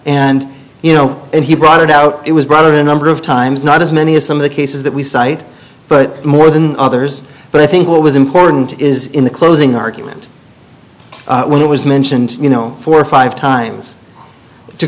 and you know and he brought it out it was brought out a number of times not as many as some of the cases that we cite but more than others but i think what was important is in the closing argument when it was mentioned you know four or five times to